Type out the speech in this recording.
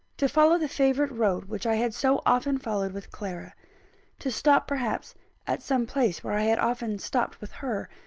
to follow the favourite road which i had so often followed with clara to stop perhaps at some place where i had often stopped with her,